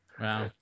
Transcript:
Wow